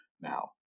now